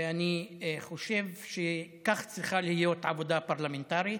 ואני חושב שכך צריכה להיות העבודה הפרלמנטרית,